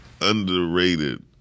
underrated